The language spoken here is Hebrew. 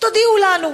תודיעו לנו.